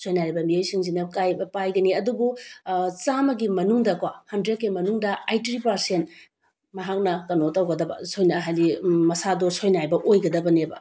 ꯁꯣꯏꯅꯥꯏꯔꯕ ꯃꯤꯑꯣꯏꯁꯤꯡꯁꯤꯅ ꯄꯥꯏꯒꯅꯤ ꯑꯗꯨꯕꯨ ꯆꯥꯝꯃꯒꯤ ꯃꯅꯨꯡꯗ ꯀꯣ ꯍꯟꯗ꯭ꯔꯦꯠꯀꯤ ꯃꯅꯨꯡꯗꯀꯣ ꯑꯩꯇ꯭ꯔꯤ ꯄꯥꯔꯁꯦꯟ ꯃꯍꯥꯛꯅ ꯀꯩꯅꯣ ꯇꯧꯒꯗꯕ ꯁꯣꯏꯅꯥꯏ ꯍꯥꯏꯗꯤ ꯃꯁꯥꯗꯣ ꯁꯣꯏꯅꯥꯏꯕ ꯑꯣꯏꯒꯗꯕꯅꯦꯕ